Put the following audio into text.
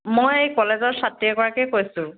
মই এই কলেজৰ ছাত্ৰী এগৰাকীয়ে কৈছোঁ